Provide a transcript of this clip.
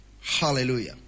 Hallelujah